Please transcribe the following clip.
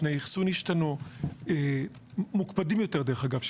תנאי האחסון השתנו והם מוקפדים יותר דרך אגב,